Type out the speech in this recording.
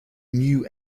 new